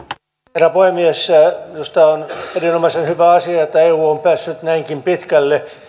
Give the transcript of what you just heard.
herra puhemies minusta on erinomaisen hyvä asia että eu on päässyt näinkin pitkälle